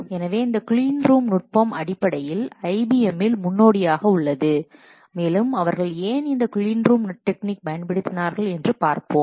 எனவே இந்த கிளீன்ரூம் நுட்பம் அடிப்படையில் ஐபிஎம்மில் முன்னோடியாக உள்ளது மேலும் அவர்கள் ஏன் இந்த கிளீன்ரூம் டெக்னிக் பயன்படுத்தினார்கள் என்று பார்ப்போம்